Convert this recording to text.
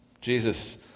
Jesus